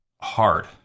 Hard